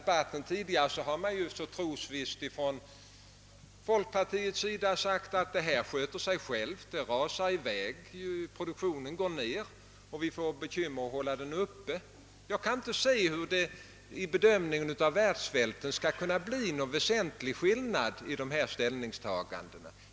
I den tidigare debatten har man från folkpartiet trosvisst sagt att utvecklingen sköter sig själv och att jordbruksproduktionen går ned så att vi rentav kan få bekymmer att hålla den uppe. Jag kan inte se hur bedömningen av världssvältens problem skall kunna åstadkomma någon väsentlig skillnad mellan dessa ställningstaganden.